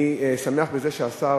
אני שמח בזה שהשר